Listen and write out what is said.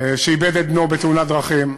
איבד את בנו בתאונת דרכים,